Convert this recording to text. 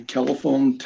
Telephone